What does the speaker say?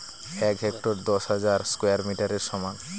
এক হেক্টার দশ হাজার স্কয়ার মিটারের সমান